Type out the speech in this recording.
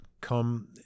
come